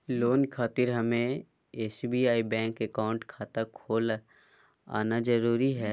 Loan खातिर हमें SBI bank account खाता खोल आना जरूरी है?